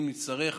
אם נצטרך